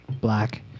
black